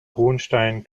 hohenstein